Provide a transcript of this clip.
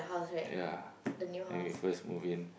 ya when we first move in